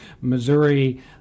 Missouri